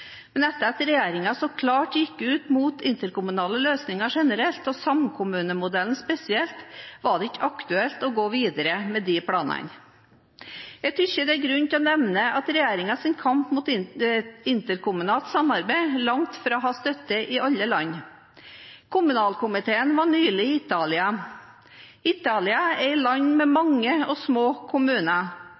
men etter at regjeringen så klart gikk ut mot interkommunale løsninger generelt og samkommunemodellen spesielt, var det ikke aktuelt å gå videre med de planene. Jeg synes det er grunn til å nevne at regjeringens kamp mot interkommunalt samarbeid langt fra har støtte i alle land. Kommunalkomiteen var nylig i Italia. Italia er et land med mange og små kommuner,